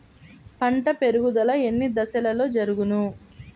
పంట పెరుగుదల ఎన్ని దశలలో జరుగును?